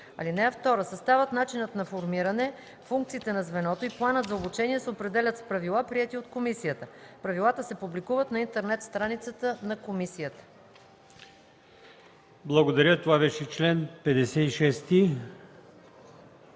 (2) Съставът, начинът на формиране, функциите на звеното и планът за обучение се определят с правила, приети от комисията. Правилата се публикуват на интернет страницата на комисията.” ПРЕДСЕДАТЕЛ АЛИОСМАН